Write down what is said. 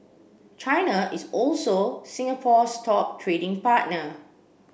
China is also Singapore's top trading partner